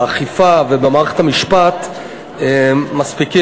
באכיפה ובמערכת המשפט מספיקים,